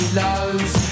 lows